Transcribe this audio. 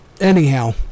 anyhow